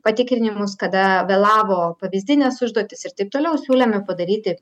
patikrinimus kada vėlavo pavyzdinės užduotys ir taip toliau siūlėme padaryti